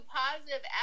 positive